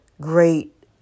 great